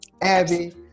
Abby